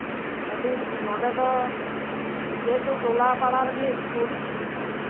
ᱟᱹᱰᱤ ᱱᱚᱰᱮ ᱫᱚ ᱡᱮᱦᱮᱛᱩ ᱴᱚᱞᱟᱯᱟᱲᱟ ᱨᱮᱜᱮ ᱥᱠᱩᱞ